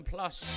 Plus